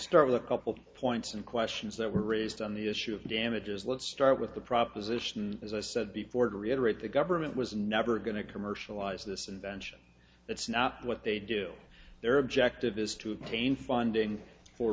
start with a couple points and questions that were raised on the issue of damages let's start with the proposition as i said before to reiterate the government was never going to commercialize this invention that's not what they do their objective is to obtain funding for